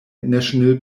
national